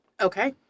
Okay